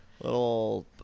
little